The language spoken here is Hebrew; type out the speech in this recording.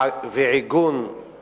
ועיגון